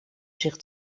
zich